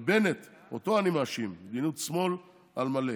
אבל בנט, אותו אני מאשים, מדיניות שמאל על מלא.